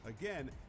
Again